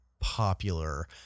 popular